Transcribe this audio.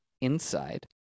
inside